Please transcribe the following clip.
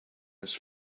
his